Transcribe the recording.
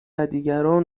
دیگران